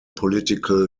political